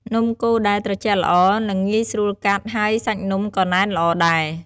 នំកូរដែលត្រជាក់ល្អ នឹងងាយស្រួលកាត់ ហើយសាច់នំក៏ណែនល្អដែរ។